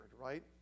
right